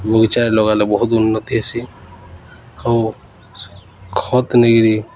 ବଗିଚାରେ ଲଗାଇଲେ ବହୁତ ଉନ୍ନତି ହେସି ଆଉ ଖତ ନେଇକିରି